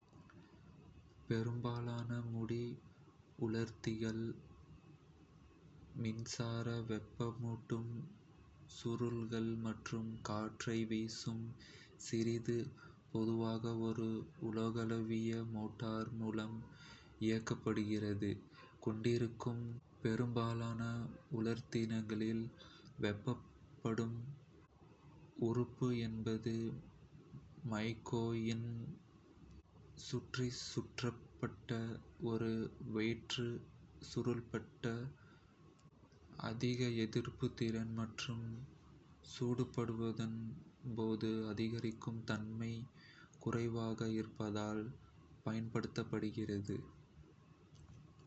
பெரும்பாலான முடி உலர்த்திகள் மின்சார வெப்பமூட்டும் சுருள்கள் மற்றும் காற்றை வீசும் விசிறி பொதுவாக ஒரு உலகளாவிய மோட்டார் மூலம் இயக்கப்படுகிறது கொண்டிருக்கும். பெரும்பாலான உலர்த்திகளில் வெப்பமூட்டும் உறுப்பு என்பது மைக்கா இன்சுலேட்டர்களைச் சுற்றி சுற்றப்பட்ட ஒரு வெற்று, சுருளப்பட்ட நிக்ரோம் கம்பி ஆகும். நிக்ரோம் அதிக எதிர்ப்புத் திறன் மற்றும் சூடுபடுத்தும் போது அரிக்கும் தன்மை குறைவாக இருப்பதால் பயன்படுத்தப்படுகிறது.